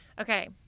okay